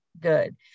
good